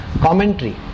commentary